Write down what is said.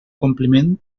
compliment